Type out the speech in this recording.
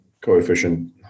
coefficient